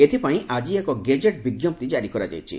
ଏଥିପାଇଁ ଆଜି ଏକ ଗେଜେଟ୍ ବିଞ୍ଜପ୍ତି କାରି କରାଯାଇଛି